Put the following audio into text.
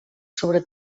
sobre